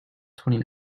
twenty